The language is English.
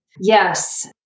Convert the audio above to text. Yes